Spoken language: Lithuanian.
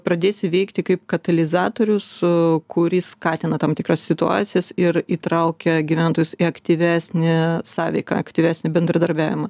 pradėsi veikti kaip katalizatorius su kuris skatina tam tikras situacijas ir įtraukia gyventojus į aktyvesnę sąveika į aktyvesnį bendradarbiavimą